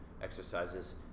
exercises